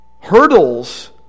hurdles